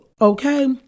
Okay